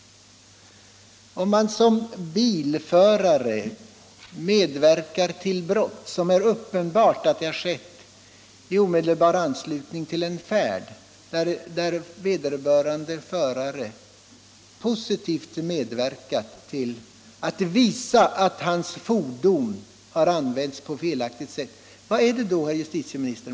Jag menar att fordonet skall kunna beslagtas om en bilförare medverkar till brott som uppenbarligen skett i omedelbar anslutning till en färd. Föraren har alltså då medverkat till att hans fordon har använts på ett grovt felaktigt sätt.